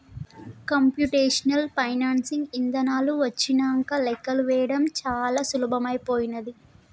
computational financing ఇదానాలు వచ్చినంక లెక్కలు వేయడం చానా సులభమైపోనాది